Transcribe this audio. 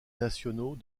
nationaux